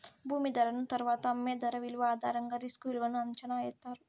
భూమి ధరను తరువాత అమ్మే ధర విలువ ఆధారంగా రిస్క్ విలువను అంచనా ఎత్తారు